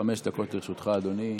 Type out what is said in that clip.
חמש דקות לרשותך, אדוני.